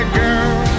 girl